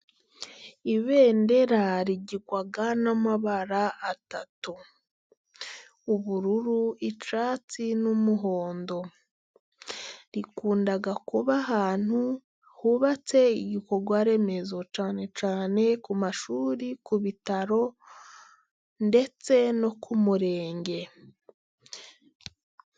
Ibendera rigirwa n'amabara atatu. Ubururu, icyatsi n'umuhondo. Rikunda kuba ahantu hubatse igikorwa remezo, cyane cyane ku mashuri, ku bitaro ndetse no ku murenge.